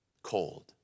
Cold